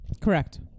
Correct